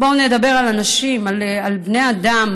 בואו נדבר על אנשים, על בני אדם,